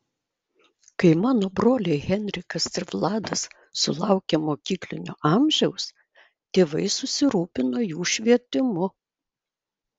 kai mano broliai henrikas ir vladas sulaukė mokyklinio amžiaus tėvai susirūpino jų švietimu